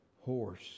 horse